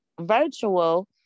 virtual